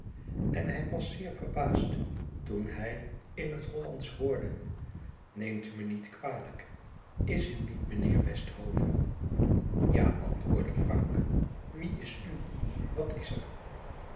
en hij was zeer verbaasd toen hij in het hollandsch hoorde neem u me niet kwalijk is u niet meneer westhove ja antwoordde frank wie is u wat is er